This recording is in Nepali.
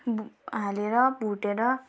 भु हालेर भुटेर